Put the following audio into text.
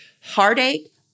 heartache